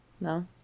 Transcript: No